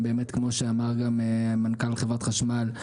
כמו שאמר מנכ"ל חברת החשמל,